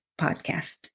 podcast